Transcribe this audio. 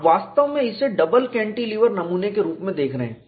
आप वास्तव में इसे डबल कैंटिलीवर नमूना के रूप में देख रहे हैं